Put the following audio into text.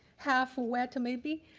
half wet maybe,